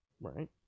Right